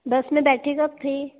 बस में बैठे कब थे